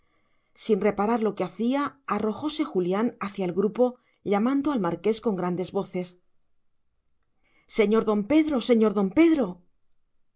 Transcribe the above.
sin reparar lo que hacía arrojóse julián hacia el grupo llamando al marqués con grandes voces señor don pedro señor don pedro